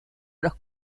los